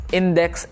index